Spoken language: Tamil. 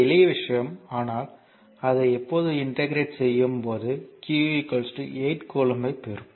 இந்த எளிய விஷயம் ஆனால் இதை எப்போது இன்டெக்ரேட் செய்யும் போது q 8 கூலொம்பைப் பெறும்